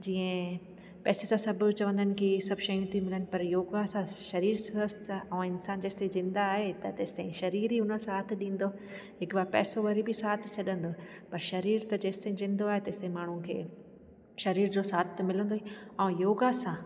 जीअं पैसा सां सभु चवंदा आहिनि कि सभु शयूं थी मिलनि पर योगा सां शरीर स्वस्थ आहे ऐं इंसान जेसिताईं ज़िंदा आहे त तेसिताईं शरीर ई उन साथ ॾींदो हिकु बार पैसो वरी बि साथ छॾंदो पर शरीर त जेसिताईं ज़िंदो आहे तेसिताईं माण्हू खे शरीर त साथ थो मिलंदो ई ऐं योगा सां